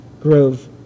grove